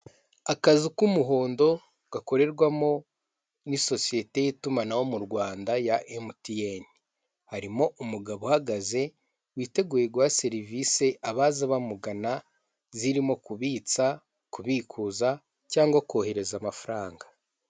Akazu k'umuhondo gakorerwamo n'isosiyete y'itumanaho mu Rwanda ya emutiyene, harimo umugabo uhagaze witeguye guha serivisi abaza bamugana zirimo; kubitsa, kubikuza, cyangwa kohereza amafaranga.